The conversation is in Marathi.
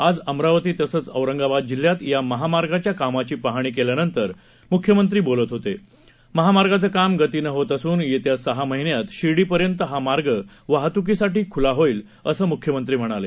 आजअमरावतीतसंचऔरंगाबादजिल्ह्यातयामहामार्गाच्याकामाचीपाहणीकेल्यानंतरम्ख्यमंत्री बोलतहोते महामार्गाचंकामंगतीनंहोतअसून येत्यासहामहिन्यातशिर्डीपर्यंतहामार्ग वाहतूकीसाठीख्लाहोईल असंम्ख्यमंत्रीम्हणाले